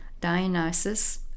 Dionysus